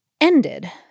ended